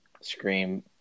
scream